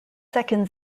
second